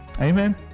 Amen